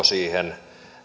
siihen